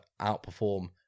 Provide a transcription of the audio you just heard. outperform